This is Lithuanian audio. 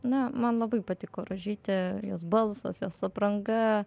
na man labai patiko rožytė jos balsas jos apranga